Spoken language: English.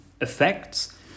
effects